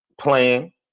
playing